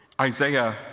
Isaiah